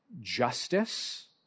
Justice